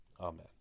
Amen